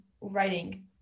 writing